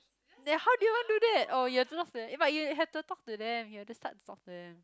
then how do you even do that oh you are supposed to but you have to talk to them you have to start to talk to them